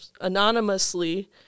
anonymously